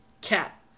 Cat